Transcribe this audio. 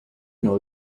know